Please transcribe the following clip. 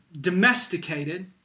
domesticated